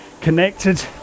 connected